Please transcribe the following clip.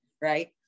right